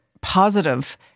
positive